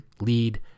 lead